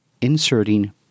inserting